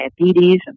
diabetes